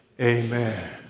amen